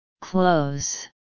Close